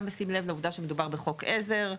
גם צריך לשים לב לעובדה שמדובר בחוק עזר.